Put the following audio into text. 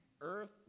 Earth